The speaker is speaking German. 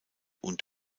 und